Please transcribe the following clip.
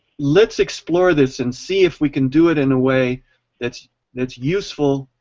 let's explore this and see if we can do it in a way that's that's useful,